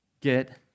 get